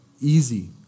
easy